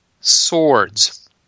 Swords